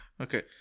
Okay